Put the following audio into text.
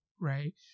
Right